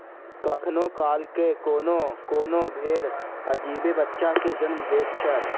कखनो काल क कोनो कोनो भेंड़ अजीबे बच्चा के जन्म दैत छै